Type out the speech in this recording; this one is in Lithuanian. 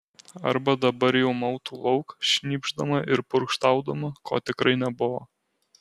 arba dabar jau mautų lauk šnypšdama ir purkštaudama ko tikrai nebuvo